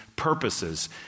purposes